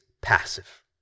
passive